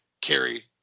carry